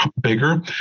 bigger